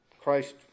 Christ